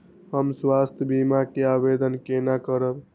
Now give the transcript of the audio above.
हम स्वास्थ्य बीमा के आवेदन केना करब?